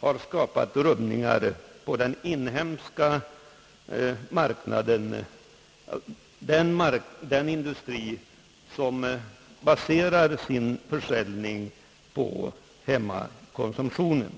har skapat rubbningar på den inhemska marknaden och svårigheter för den industri som baserar sin försäljning på hemmakonsumtionen.